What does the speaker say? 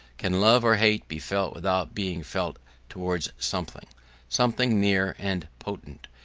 can love or hate be felt without being felt towards something something near and potent,